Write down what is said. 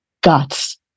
guts